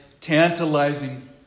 tantalizing